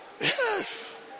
Yes